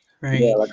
right